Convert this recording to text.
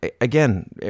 again